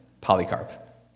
Polycarp